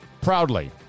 Proudly